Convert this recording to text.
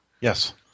Yes